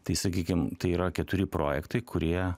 tai sakykim tai yra keturi projektai kurie